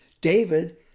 David